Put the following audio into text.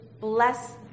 bless